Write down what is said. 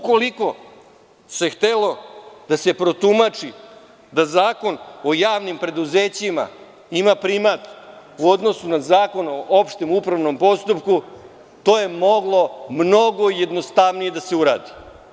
Ukoliko se htelo da se protumači da Zakon o javnim preduzećima ima primat u odnosu na Zakon o opštem upravnom postupku, to je moglo mnogo jednostavnije da se uradi.